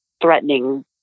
threatening